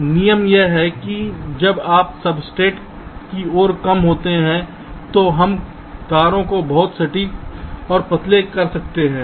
तो नियम यह है कि जब आप सब्सट्रेट की ओर कम होते हैं तो हम तारों को बहुत अधिक सटीक और पतले कर सकते हैं